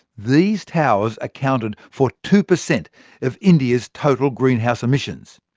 these towers accounted for two per cent of india's total greenhouse emissions.